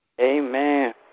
Amen